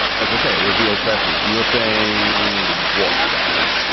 as they say, revealed preference. and you're saying what about that?